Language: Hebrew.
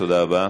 תודה רבה.